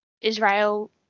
Israel